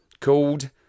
called